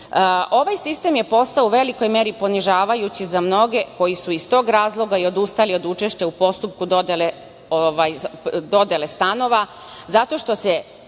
sistem je postao u velikoj meri ponižavajući za mnoge koji su iz tog razloga i odustali od učešća u postupku dodele stanova, zato što se